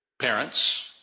parents